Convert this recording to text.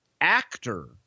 actor